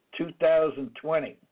2020